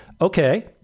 Okay